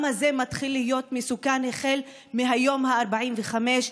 זה מתחיל להיות מסוכן החל מהיום ה-45,